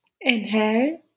Inhale